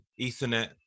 Ethernet